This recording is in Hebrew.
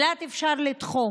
את אילת אפשר לתחום,